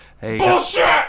Bullshit